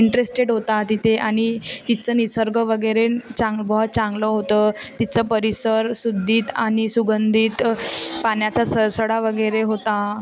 interested होता तिथे आणि तिथचं निसर्ग वगेरे चांगलं बहोत चांगलं होतं तिथचं परिसर शुद्धीत आणि सुगंधित पाण्याचा सर सडा वगैरे होता